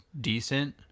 decent